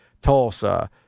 Tulsa